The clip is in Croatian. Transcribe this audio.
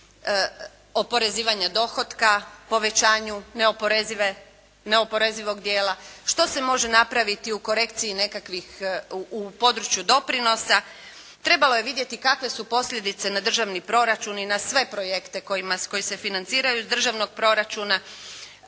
oporezivanja dohotka, povećanju neoporezivog dijela, što se može napraviti u korekciji nekakvih, u području doprinosa. Trebalo je vidjeti kakve su posljedice na državni proračun i na sve projekte koji se financiraju iz državnog proračuna